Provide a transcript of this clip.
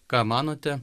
ką manote